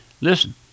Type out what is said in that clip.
listen